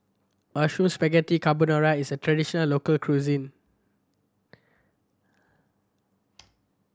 Mushroom Spaghetti Carbonara is a traditional local cuisine